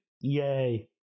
Yay